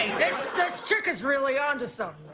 this chick is really on to so